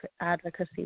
advocacy